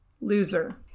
loser